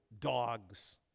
dogs